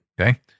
Okay